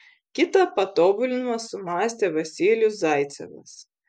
kitą patobulinimą sumąstė vasilijus zaicevas